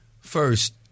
First